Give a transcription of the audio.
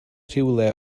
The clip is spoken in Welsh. rhywle